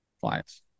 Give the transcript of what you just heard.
clients